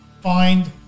find